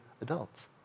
adults